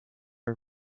are